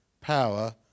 power